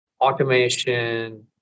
automation